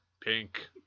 Pink